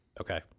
Okay